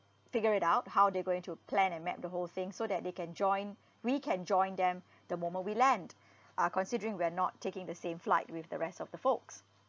figure it out how they're going to plan and map the whole thing so that they can join we can join them the moment we land uh considering we are not taking the same flight with the rest of the folks